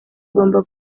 ugomba